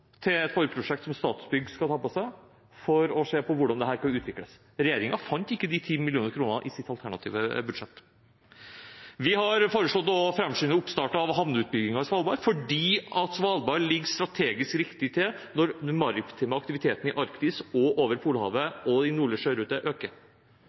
til et forprosjekt som Statsbygg skal ta på seg for å se på hvordan dette kan utvikles. Regjeringen fant ikke de 10 millioner kronene i sitt budsjett. Vi har foreslått å framskynde oppstarten av havneutbyggingen i Svalbard fordi Svalbard ligger strategisk riktig til når den maritime aktiviteten i Arktis, over Polhavet og